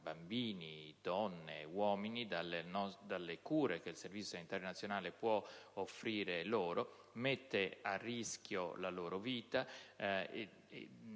bambini, donne e uomini dalle cure che il Servizio sanitario nazionale può offrire loro, mettendo a rischio la loro vita